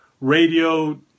radio